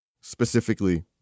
specifically